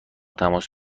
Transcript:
تماس